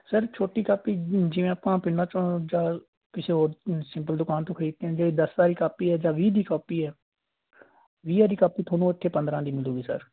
sir ਛੋਟੀ copy ਜਿਵੇਂ ਆਪਾਂ ਪਿੰਡਾਂ 'ਚ ਜਾਂ ਕਿਸੇ ਹੋਰ ਸਿੰਪਲ ਦੁਕਾਨ ਤੋਂ ਖਰੀਦ ਕੇ ਜੇ ਦਸ ਵਾਲੀ ਕਾਪੀ ਹੈ ਜਾਂ ਵੀਹ ਦੀ ਕਾਪੀ ਹੈ ਵੀਹ ਵਾਲੀ ਕਾਪੀ ਤੁਹਾਨੂੰ ਇੱਥੇ ਪੰਦਰਾਂ ਦੀ ਮਿਲੂਗੀ ਸਰ